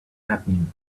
happening